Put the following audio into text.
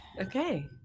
Okay